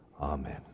Amen